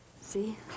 see